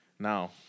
Now